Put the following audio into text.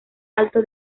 alto